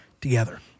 together